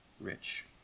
rich